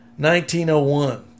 1901